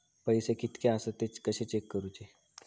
पैसे कीतके आसत ते कशे चेक करूचे?